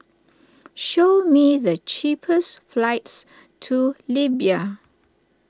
show me the cheapest flights to Libya